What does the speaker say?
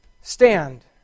stand